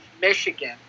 Michigan